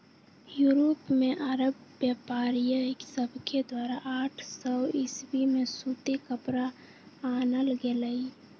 Europe में अरब व्यापारिय सभके द्वारा आठ सौ ईसवी में सूती कपरा आनल गेलइ